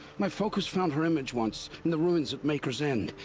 my focus found her image once. in the ruins at maker's end.